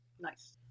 Nice